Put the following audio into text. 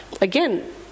again